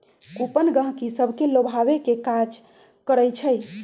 coupon गहकि सभके लोभावे के काज करइ छइ